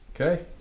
Okay